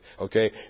Okay